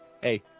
hey